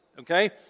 Okay